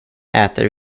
äter